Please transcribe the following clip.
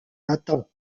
l’attend